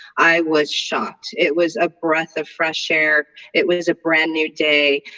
i was shocked. it was a breath of fresh air it was a brand-new day,